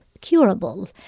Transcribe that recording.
curable